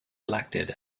elected